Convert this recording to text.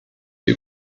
die